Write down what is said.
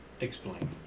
Explain